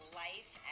life